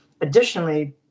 additionally